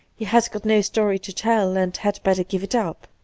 he has got no story to tell and had better give it up.